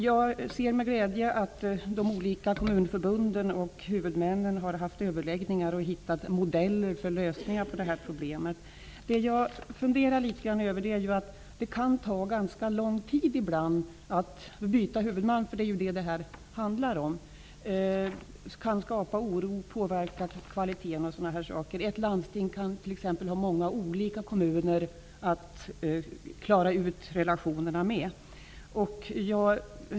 Jag ser med glädje att de olika kommunförbunden och huvudmännen har haft överläggningar och funnit modeller för lösning av det här problemet. Det kan ibland ta ganska lång tid att byta huvudman -- det är ju det som det här handlar om. Det kan skapa oro, påverka kvaliteten och liknande. Ett landsting kan t.ex. ha många olika kommuner att klara ut relationerna med.